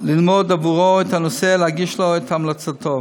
ללמוד עבורו את הנושא ולהגיש לו את המלצותיו.